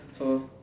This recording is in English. so